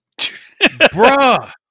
bruh